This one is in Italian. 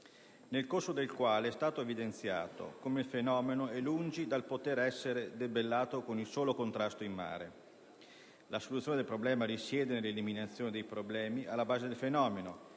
nel corso del quale è stato evidenziato come il fenomeno è lungi dal potere «essere debellato con il solo contrasto in mare. La soluzione del problema risiede nell'eliminazione dei problemi alla base del fenomeno